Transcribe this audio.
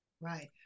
Right